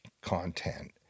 content